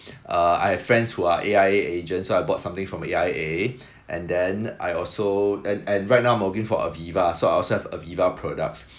err I have friends who are A_I_A agents so I bought something from A_I_A and then I also and and right now I'm working for aviva so I also have aviva products